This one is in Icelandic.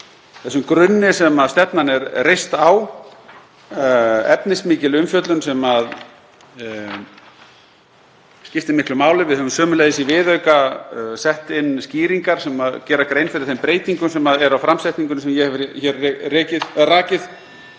þeim grunni sem stefnan er reist á, efnismikil umfjöllun sem skiptir miklu máli. Við höfum sömuleiðis í viðauka sett inn skýringar sem gera grein fyrir þeim breytingum sem eru á framsetningunni sem ég hef rakið.